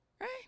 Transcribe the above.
Right